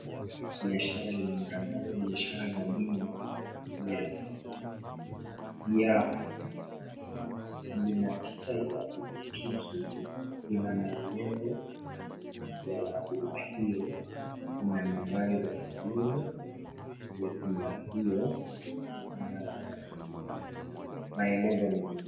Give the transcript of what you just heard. Biashara lililotangaza biashara ya bima ya Yahu. Lina picha ya pikipiki, lina maelezo ya bima hiyo na nambari za simu ya bima hiyo na maelezo mengine.